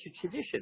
tradition